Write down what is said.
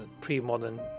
pre-modern